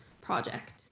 project